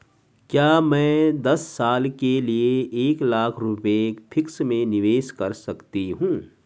क्या मैं दस साल के लिए एक लाख रुपये फिक्स में निवेश कर सकती हूँ?